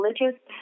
religious